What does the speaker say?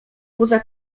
poza